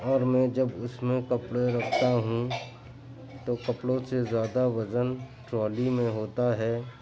اور میں جب اُس میں کپڑے رکھتا ہوں تو کپڑوں سے زیادہ وزن ٹرالی میں ہوتا ہے